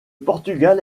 portugal